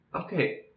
Okay